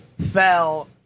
fell